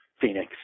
Phoenix